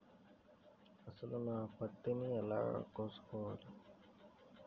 అసలు నా పత్తిని ఎలా కొలవాలి?